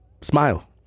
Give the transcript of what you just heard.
smile